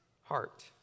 heart